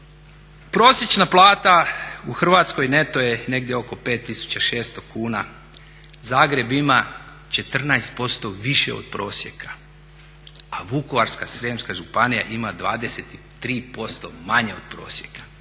Prosječna plaća u Hrvatskoj neto je negdje oko 5600 kuna, Zagreb ima 14% više od prosjeka a Vukovarsko-srijemska županija ima 23% manje od prosjeka.